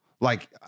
Like-